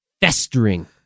festering